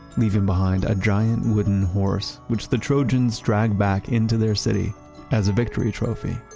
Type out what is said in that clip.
leaving behind a giant wooden horse, which the trojans dragged back into their city as a victory trophy.